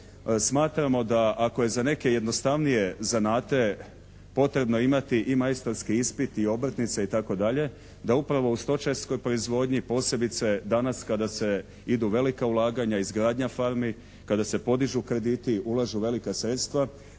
Smatramo da ako je za neke jednostavnije zanate potrebno imati i majstorski ispiti i obrtnice itd. da upravo u stočarskoj proizvodnji posebice danas kada se idu u velika ulaganja, izgradnja farmi, kada se podižu krediti, ulažu velika sredstva